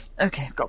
okay